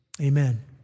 amen